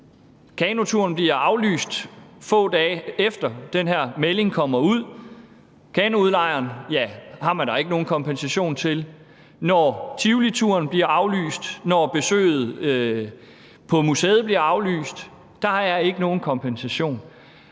kanoturen bliver aflyst, få dage efter at den her melding kommer ud, så er der ikke nogen kompensation til kanoudlejeren; når Tivolituren og besøget på museet bliver aflyst, så er der ikke nogen kompensation.